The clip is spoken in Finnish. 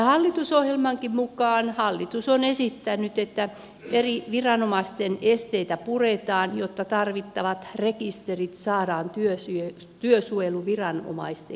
hallitusohjelmankin mukaan hallitus on esittänyt että eri viranomaisten esteitä puretaan jotta tarvittavat rekiste rit saadaan työsuojeluviranomaisten käyttöön